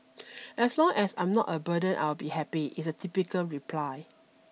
as long as I am not a burden I will be happy is a typical reply